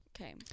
Okay